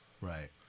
Right